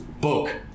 book